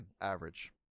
average